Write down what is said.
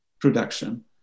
production